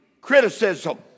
criticism